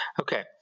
Okay